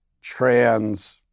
trans